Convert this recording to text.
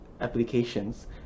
applications